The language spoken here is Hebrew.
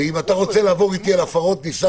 ואם אתה רוצה לעבור איתי על הפרות ניסע